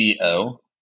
co